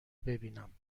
ببینم